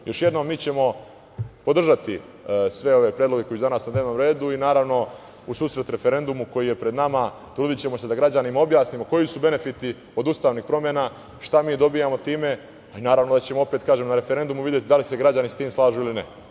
Još jednom, mi ćemo podržati sve ove predloge koji su danas na dnevnom redu i, naravno, u susret referendumu koji je pred nama, trudićemo se da građanima objasnimo koji su benefiti od ustavnih promena, šta mi dobijamo time i tada ćemo na referendumu videti da li se građani sa tim slažu ili ne.